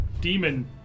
demon